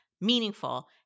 meaningful